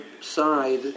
side